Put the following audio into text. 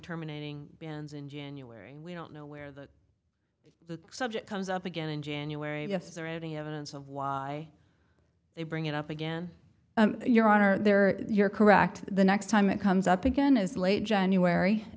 terminating bans in january we don't know where the subject comes up again in january if there are any evidence of why they bring it up again your honor there you're correct the next time it comes up again is late january